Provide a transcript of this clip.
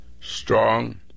strong